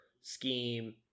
scheme